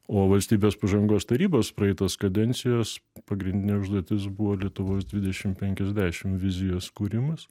o valstybės pažangos tarybos praeitos kadencijos pagrindinė užduotis buvo lietuvos dvidešim penkiasdešim vizijos kūrimas